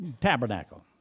Tabernacle